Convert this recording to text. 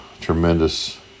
tremendous